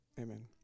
Amen